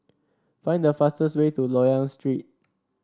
find the fastest way to Loyang Street